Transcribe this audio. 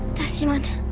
testament